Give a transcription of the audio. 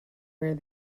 where